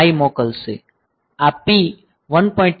P 1